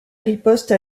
riposte